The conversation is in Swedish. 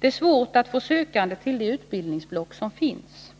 Det är svårt att få sökande till de utbildningsblock som finns.